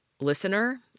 listener